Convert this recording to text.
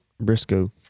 Briscoe